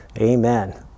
Amen